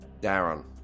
Darren